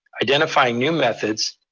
identifying new methods,